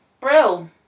Brill